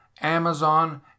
Amazon